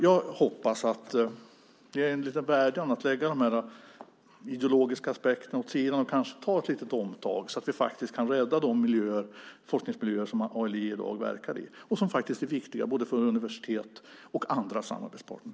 Jag hoppas - i detta ligger en liten vädjan - att de ideologiska aspekterna läggs åt sidan och att det kanske görs ett litet omtag så att vi kan rädda de forskningsmiljöer som ALI i dag verkar i och som är viktiga för både universitet och andra samarbetspartner.